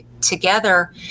together